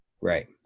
Right